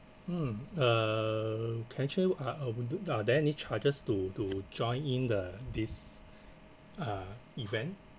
mm uh can I check with uh uh would mm uh are there any charges to to join in the this uh event